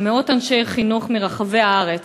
של מאות אנשי חינוך מרחבי הארץ,